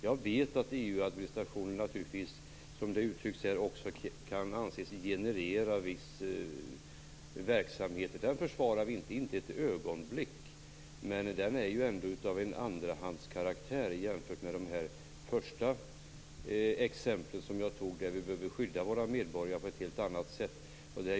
Jag vet att EU-administrationen också, som det uttrycks här, kan anses generera viss verksamhet. Vi försvarar inte den ett ögonblick, men den är ändå av andrahandskaraktär jämfört med de första exemplen som jag tog upp. Där behöver vi skydda våra medborgare på ett helt annat sätt.